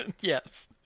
Yes